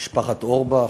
משפחת אורבך,